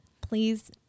please